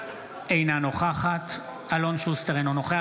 אינה נוכחת אלון שוסטר, אינו נוכח